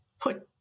put